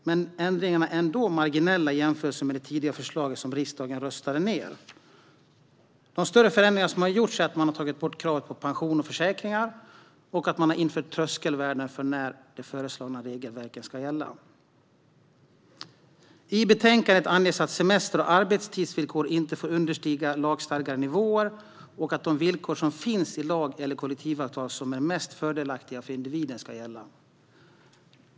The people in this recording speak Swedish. Men ändringarna är ändå marginella i jämförelse med det tidigare förslaget, som riksdagen röstade ned. De större förändringar som har gjorts är att man har tagit bort kravet på pension och försäkringar och att man har infört tröskelvärden för när de föreslagna regelverken ska gälla. I betänkandet anges att semester och arbetstidsvillkor inte får understiga lagstadgade nivåer och att de villkor som finns i lag eller kollektivavtal som är mest fördelaktiga för individen ska gälla.